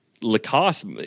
Lacoste